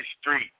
Street